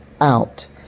out